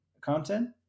content